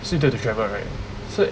so you don't have to travel right so